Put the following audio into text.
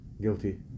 guilty